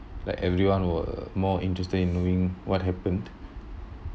like everyone were more interested in knowing what happened